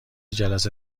جلسه